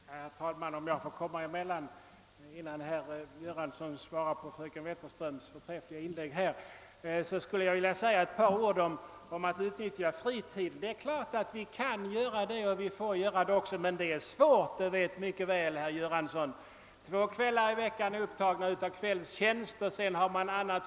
Herr talman! Om jag får sticka emellan innan herr Göransson svarar på fröken Wetterströms förträffliga inlägg, så vill jag säga några ord om att utnyttja fritiden. Det är klart att vi kan göra det — och måste göra det också — men herr Göransson vet mycket väl att det är svårt. Två kvällar i veckan är upptagna av kvällstjänst, och övriga kvällar behöver den värnpliktige oftast för annat.